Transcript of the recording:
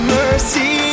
mercy